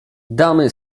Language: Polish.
damy